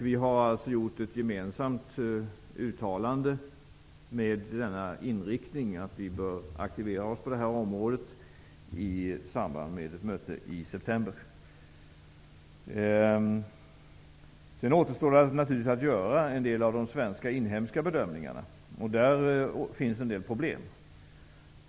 Vi har gjort ett gemensamt uttalande, i samband med ett möte i september, med inriktningen att vi bör aktivera oss på det här området. Nu återstår naturligtvis att göra en del av de inhemska bedömningarna. Där finns en del problem.